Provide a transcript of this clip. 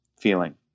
feeling